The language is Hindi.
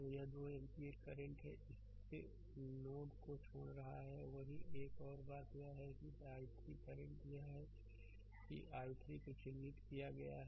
Refer Slide Time 2930 स्लाइड समय देखें 2930 तो यह 2 एम्पीयर करंट इस नोड को छोड़ रहा है वहीं एक और बात यह है कि i3 करंट यह है कि i3 को यहां चिह्नित किया गया है